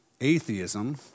atheism